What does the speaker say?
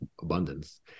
abundance